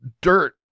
dirt